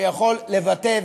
שיכול לבטא,